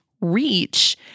Reach